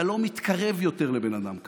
אתה לא מתקרב יותר לבן אדם כזה.